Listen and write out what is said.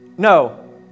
No